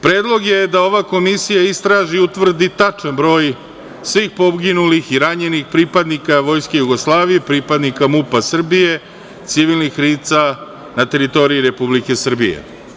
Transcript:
Predlog je da ova komisija istraži i utvrdi tačan broj svih poginulih i ranjenih pripadnika Vojske Jugoslavije, pripadnika MUP-a Srbije i civilnih lica na teritoriji Republike Srbije.